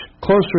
closer